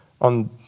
on